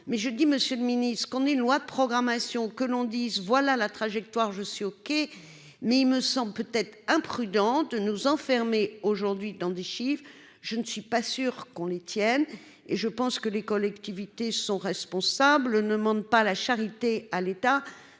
mais je dis : Monsieur le Ministre, ce qu'on ait une loi programmation que l'on dise : voilà la trajectoire je suis OK mais il me semble, peut-être imprudente nous enfermer aujourd'hui dans des chiffres, je ne suis pas sûr qu'on les tienne et je pense que les collectivités sont responsables ne demande pas la charité à l'état,